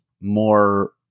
more